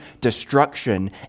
destruction